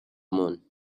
moon